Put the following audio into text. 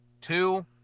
two